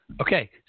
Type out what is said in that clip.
Okay